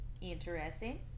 Interesting